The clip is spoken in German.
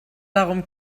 darum